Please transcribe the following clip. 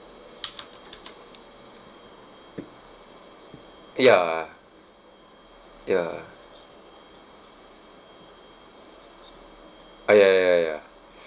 ya ah ya ah ya ya ya ya